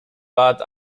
bat